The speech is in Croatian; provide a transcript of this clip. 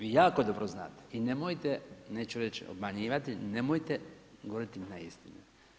Vi jako dobro znate i nemojte, neću reć umanjivati, nemojte govoriti ne istinu.